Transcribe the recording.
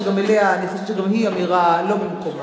שאני חושבת שגם היא אמירה לא במקומה,